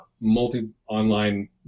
multi-online